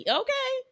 okay